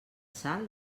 sal